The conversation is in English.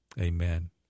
Amen